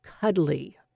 cuddly